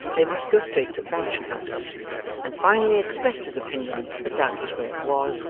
they must go straight to the mansion house and finally expressed his opinion that that was where it was,